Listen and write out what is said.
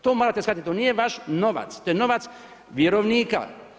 To morate shvatiti, to nije vaš novac, to je novac vjerovnika.